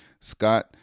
scott